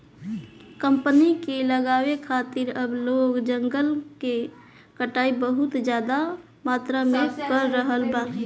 company के लगावे खातिर अब लोग जंगल के कटाई बहुत ज्यादा मात्रा में कर रहल बा